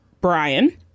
Brian